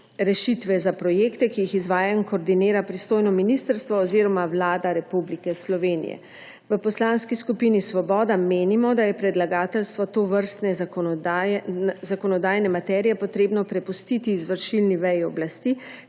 rešitve za projekte, ki jih izvaja in koordinira pristojno ministrstvo oziroma Vlada Republike Slovenije. V Poslanski skupini Svoboda menimo, da je predlagateljstvo tovrstne zakonodajne materije potrebno prepustiti izvršilni veji oblasti,